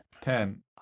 Ten